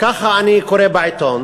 ככה אני קורא בעיתון,